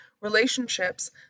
relationships